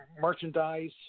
merchandise